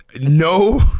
No